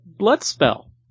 Bloodspell